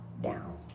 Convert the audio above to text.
down